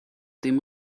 dem